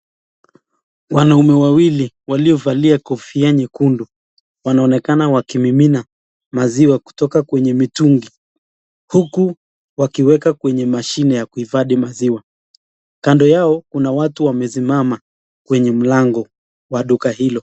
Wanaume wawili waliovalia kofia nyekundu wanaonekana wakimimina maziwa kutoka kwenye mitungi huku wakiweka kwenye mashine ya kuhifadhi maziwa. Kando yao kuna watu wamesimama kwenye mlango wa duka hilo.